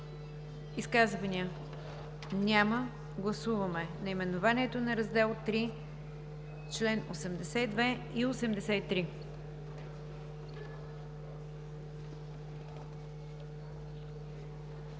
Изказвания? Няма. Гласуваме наименованието на Раздел III, членове 82 и 83.